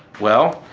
well.